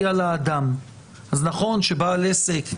אז נכון שבעל עסק,